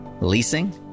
Leasing